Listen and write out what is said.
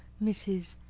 mrs.